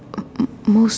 m~ most